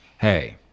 hey